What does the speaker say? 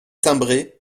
timbré